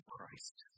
Christ